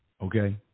okay